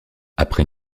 après